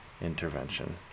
intervention